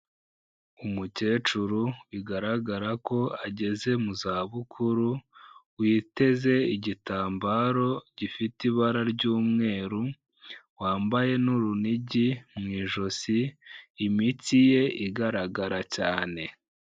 Umukecuru bigaragara ko ageze mu zabukuru witeze igitambaro gifite ibara ry'umweru, wambaye n'urunigi mu ijosi imitsi ye igaragara cyane.